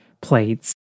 plates